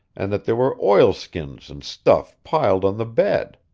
and that there were oilskins and stuff piled on the bed.